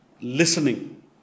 listening